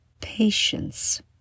patience